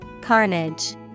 Carnage